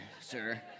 sir